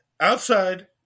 outside